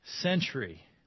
century